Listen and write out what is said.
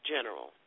General